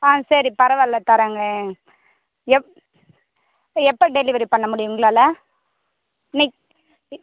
ஆ சரி பரவாயில்ல தர்றங்களேன் எப் இல்லை எப்போ டெலிவரி பண்ண முடியும் உங்களால் இன்னைக்கு இ